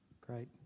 great